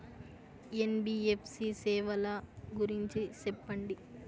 NBFC సేవల గురించి సెప్పండి?